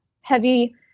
heavy